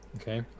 okay